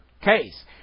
case